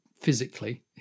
physically